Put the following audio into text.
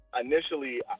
initially